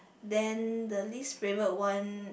then the least favourite one